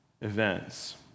events